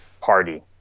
party